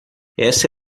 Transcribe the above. essa